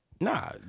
Nah